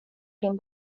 din